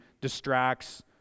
distracts